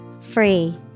Free